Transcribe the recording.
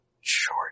short